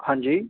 ਹਾਂਜੀ